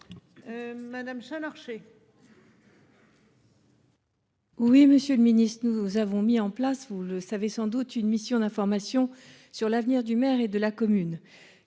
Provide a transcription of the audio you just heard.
Madame Challes Archer. Oui, Monsieur le Ministre, nous avons mis en place, vous le savez sans doute, une mission d'information sur l'avenir du maire et de la commune.